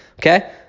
okay